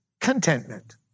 contentment